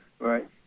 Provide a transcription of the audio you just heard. Right